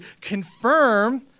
confirm